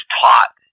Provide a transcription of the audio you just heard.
taught